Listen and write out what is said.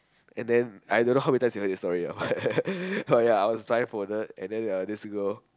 and the I don't know how many times you have heard this story ah but but ya I was blind folded and then uh this girl